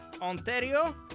Ontario